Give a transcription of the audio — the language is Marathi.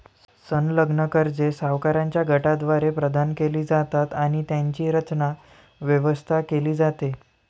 संलग्न कर्जे सावकारांच्या गटाद्वारे प्रदान केली जातात आणि त्यांची रचना, व्यवस्था केली जाते